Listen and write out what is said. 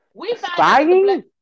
Spying